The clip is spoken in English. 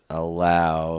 allow